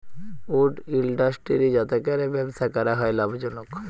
would industry যাতে ক্যরে ব্যবসা ক্যরা হ্যয় লাভজলক